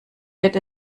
wird